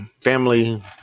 family